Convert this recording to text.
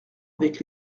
avec